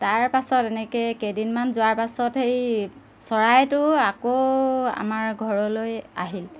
তাৰ পাছত এনেকৈ কেইদিনমান যোৱাৰ পাছত হেৰি চৰাইটো আকৌ আমাৰ ঘৰলৈ আহিল